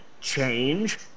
change